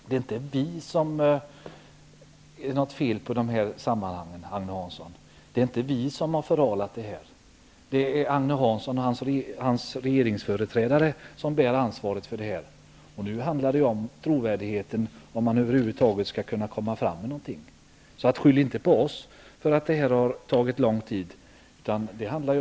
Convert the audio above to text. Det är inte fel på oss socialdemokrater i de här sammanhangen, Agne Hansson. Det är inte vi som har förhalat frågan, utan det är Agne Hansson och hans regering som bär ansvaret. Nu handlar det om trovärdigheten och om regeringen skall komma fram med något. Skyll inte på oss att frågan har tagit lång tid!